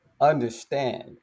understand